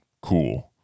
cool